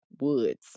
woods